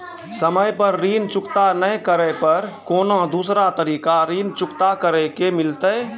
समय पर ऋण चुकता नै करे पर कोनो दूसरा तरीका ऋण चुकता करे के मिलतै?